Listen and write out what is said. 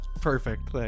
perfect